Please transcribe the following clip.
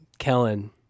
Kellen